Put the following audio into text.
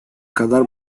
kadar